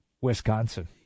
Wisconsin